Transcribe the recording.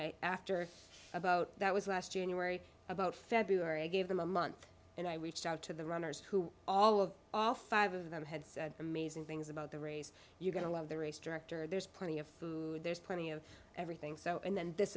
way after about that was last january about feb i gave them a month and i reached out to the runners who all of all five of them had said amazing things about the race you're going to love the race director there's plenty of food there's plenty of everything so and th